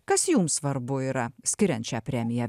kas jums svarbu yra skiriant šią premiją